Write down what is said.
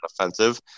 offensive